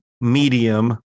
medium